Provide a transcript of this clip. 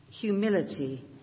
humility